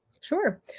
Sure